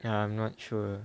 I'm not sure